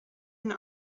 and